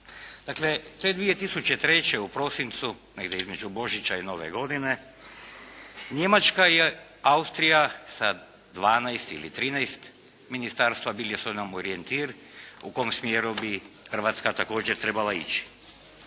Dakle te 2003. u prosincu, negdje između Božića i nove godine, Njemačka i Austrija sa 12 ili 13 ministarstva bili su nam orijentir u kom smjeru bi Hrvatska također trebala ići.